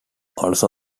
also